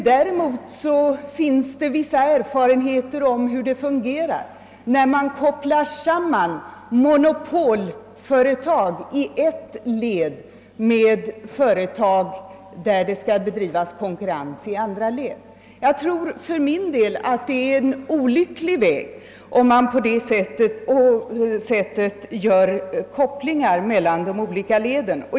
Däremot finns det vissa erfarenheter om hur det fungerar, när man kopplar samman monopolföretag i ett led med företag där det skall finnas konkurrens i andra led. Jag tror för min del att det är en olycklig väg, om man på det sättet gör kopplingar mel lan de olika leden.